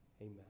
amen